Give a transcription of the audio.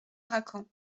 racan